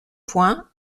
points